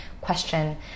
question